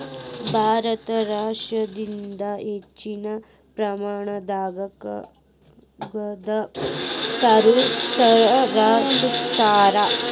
ಭಾರತ ರಷ್ಯಾದಿಂದ ಹೆಚ್ಚಿನ ಪ್ರಮಾಣದಾಗ ಕಾಗದಾನ ತರಸ್ಕೊತಾರ